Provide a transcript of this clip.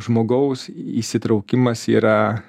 žmogaus įsitraukimas yra